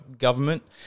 government